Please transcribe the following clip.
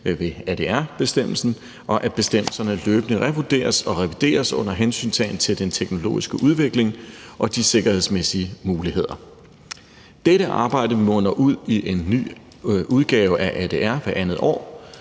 ved ADR-bestemmelsen, og at bestemmelserne løbende revurderes og revideres under hensyntagen til den teknologiske udvikling og de sikkerhedsmæssige muligheder. Dette arbejde munder ud i en ny udgave af ADR hvert andet år.